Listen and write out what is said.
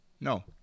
No